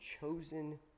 chosen